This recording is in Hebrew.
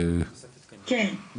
כן.